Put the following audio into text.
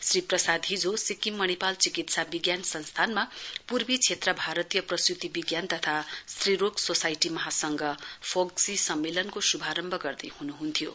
श्री प्रसादले हिजो सिक्किम मणिपाल चिकित्सा विज्ञान संस्थानमा पूर्वी क्षेत्र भारतीय प्रसूती विज्ञान तथा स्त्रीरोग सोसाइटी महासंघ एफओजीएसआई सम्मेलनको श्भारम्भ गर्दै हुनुहुन्थ्यो